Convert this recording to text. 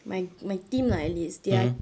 my my team lah at least they are